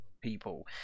people